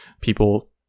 people